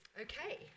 Okay